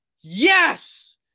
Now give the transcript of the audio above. yes